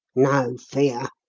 no fear!